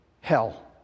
hell